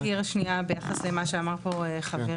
אני רק אבהיר שניה למה שאמר חברי.